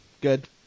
good